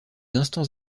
instants